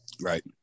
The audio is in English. right